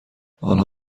آنها